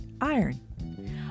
iron